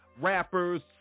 rappers